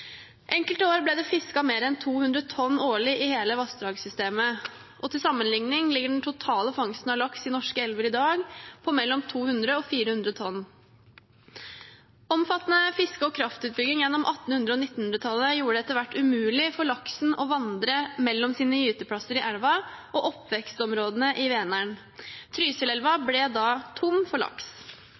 Enkelte år ble det fisket mer enn 200 tonn årlig i hele vassdragssystemet, og til sammenligning ligger den totale fangsten av laks i norske elver i dag på mellom 200 og 400 tonn. Omfattende fiske og kraftutbygging gjennom 1800- og 1900-tallet gjorde det etter hvert umulig for laksen å vandre mellom sine gyteplasser i elva og oppvekstområdene i Vänern. Trysilelva ble da tom for laks.